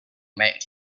about